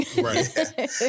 Right